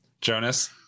Jonas